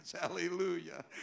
Hallelujah